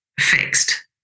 fixed